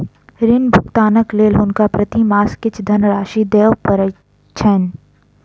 ऋण भुगतानक लेल हुनका प्रति मास किछ धनराशि दिअ पड़ैत छैन